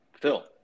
Phil